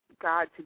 God